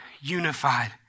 unified